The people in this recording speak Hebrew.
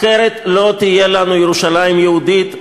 אחרת לא תהיה לנו ירושלים יהודית.